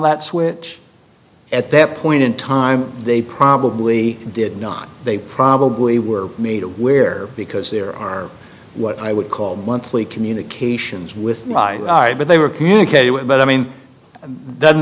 that switch at that point in time they probably did not they probably were made aware because there are what i would call monthly communications with my side but they were communicating with but i mean